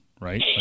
right